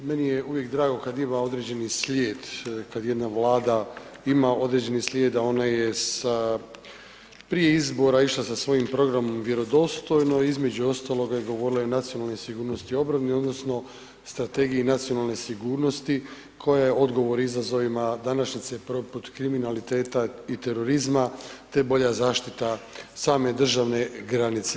Meni je uvijek drago kad ima određeni slijed, kad jedna Vlada ima određeni slijed a ona je sa prije izbora išla sa svojim programom Vjerodostojno, između ostaloga je govorila i o nacionalnoj sigurnosti i obrani odnosno Strategiji nacionalne sigurnosti koja je odgovor izazovima današnjice poput kriminaliteta i terorizma te bolja zaštita same državne granice.